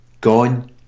gone